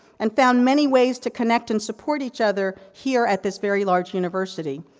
and found many ways to connect, and support each other here at this very large university.